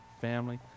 family